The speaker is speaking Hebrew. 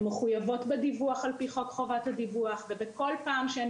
הן מחויבות בדיווח על פי חוק חובת הדיווח ובכל פעם שהן